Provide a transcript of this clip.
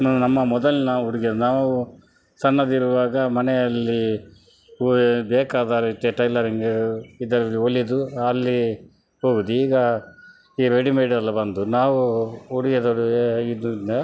ನ್ ನಮ್ಮ ಮೊದಲಿನ ಉಡುಗೆ ನಾವು ಸಣ್ಣದಿರುವಾಗ ಮನೆಯಲ್ಲಿ ಬೇಕಾದ ರೀತಿಯ ಟೈಲರಿಂಗ್ ಇದರಲ್ಲಿ ಹೊಲಿದು ಅಲ್ಲಿ ಹೋಗುವುದು ಈಗ ಈ ರೆಡಿಮೇಡೆಲ್ಲ ಬಂದು ನಾವು ಉಡುಗೆ ತೊಡುಗೆ ಇದರಿಂದ